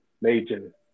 major